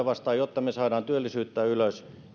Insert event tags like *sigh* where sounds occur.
*unintelligible* vastaan jotta me saamme työllisyyttä ylös